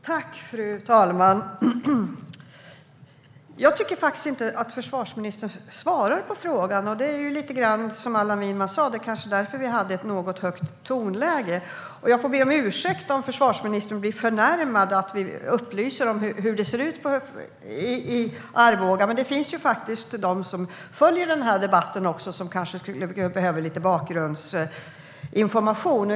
Fru talman! Jag tyckte inte att försvarsministern svarade på frågan, och det var kanske därför vi hade, som Allan Widman sa, ett något högt tonläge. Jag får be om ursäkt om försvarsministern blir förnärmad av att vi upplyser om hur det ser ut i Arboga, men de som följer debatten kanske behöver lite bakgrundsinformation.